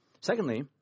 Secondly